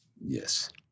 Yes